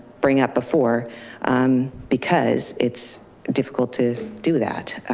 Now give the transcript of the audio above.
bring up before because it's difficult to do that.